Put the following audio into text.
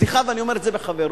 סליחה, ואני אומר את זה בחברות.